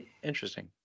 Interesting